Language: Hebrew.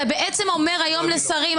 אתה בעצם אומר היום לשרים,